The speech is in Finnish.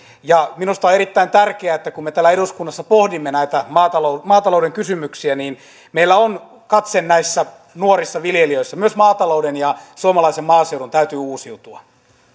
carea minusta on erittäin tärkeää että kun me täällä eduskunnassa pohdimme näitä maatalouden kysymyksiä meillä on katse näissä nuorissa viljelijöissä myös maatalouden ja suomalaisen maaseudun täytyy uusiutua